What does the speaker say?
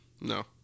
No